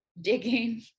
digging